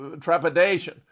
trepidation